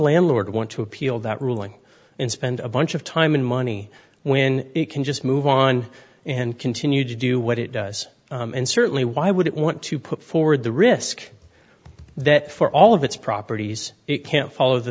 landlord want to appeal that ruling and spend a bunch of time and money when it can just move on and continue to do what it does and certainly why would it want to put forward the risk that for all of its properties it can't follow the